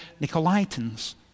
Nicolaitans